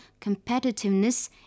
competitiveness